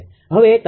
હવે તમે શું કરશો